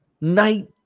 night